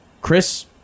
Chris